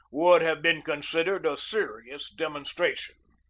would have been considered a serious demonstration.